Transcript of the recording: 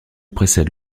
précède